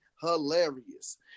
hilarious